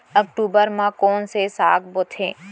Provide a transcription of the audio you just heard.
अक्टूबर मा कोन से साग बोथे?